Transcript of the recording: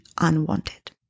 unwanted